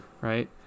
right